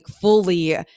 fully